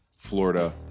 Florida